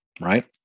right